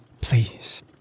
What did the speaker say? please